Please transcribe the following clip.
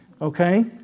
Okay